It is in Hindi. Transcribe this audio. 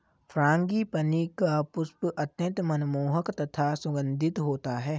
फ्रांगीपनी का पुष्प अत्यंत मनमोहक तथा सुगंधित होता है